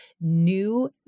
new